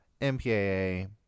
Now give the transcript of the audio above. MPAA